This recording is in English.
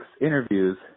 interviews